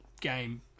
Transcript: game